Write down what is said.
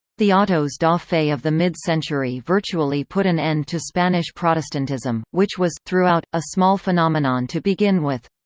the autos-da-fe of the mid-century virtually put an end to spanish protestantism, which was, throughout, a small phenomenon to begin with.